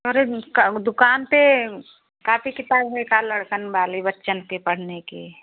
अरे उसका दुकान पर कापी किताब है का लड़के वाले बच्चों के पढ़ने की